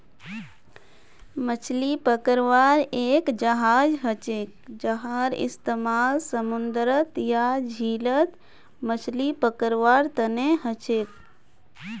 मछली पकड़वार एक जहाज हछेक जहार इस्तेमाल समूंदरत या झीलत मछली पकड़वार तने हछेक